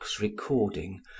recording